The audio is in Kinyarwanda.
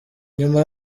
nyuma